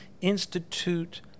institute